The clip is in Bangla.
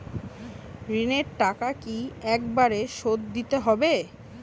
ঋণের টাকা কি একবার শোধ দিতে হবে?